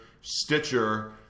Stitcher